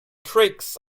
tricks